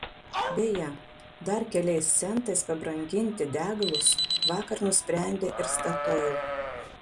beje dar keliais centais pabranginti degalus vakar nusprendė ir statoil